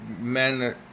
men